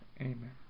Amen